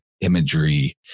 imagery